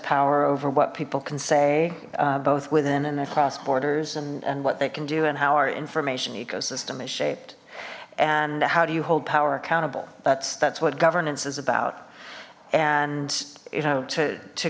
power over what people can say both within and across borders and and what they can do and how our information ecosystem is shaped and how do you hold power accountable that's that's what governance is about and you know to to